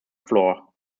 floor